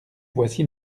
voici